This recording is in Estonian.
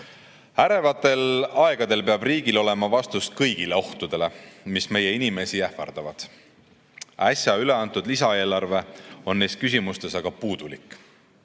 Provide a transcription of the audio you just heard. Ärevatel aegadel peab riigil olema vastus kõigile ohtudele, mis meie inimesi ähvardavad. Äsja üle antud lisaeelarve on neis küsimustes aga puudulik. Leiame